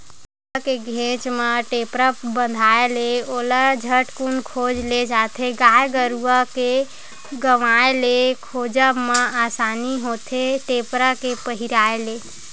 गरुवा के घेंच म टेपरा बंधाय ले ओला झटकून खोज ले जाथे गाय गरुवा के गवाय ले खोजब म असानी होथे टेपरा के पहिराय ले